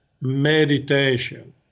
meditation